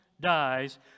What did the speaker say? dies